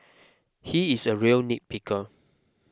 he is a real nitpicker